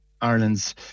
Ireland's